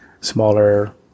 smaller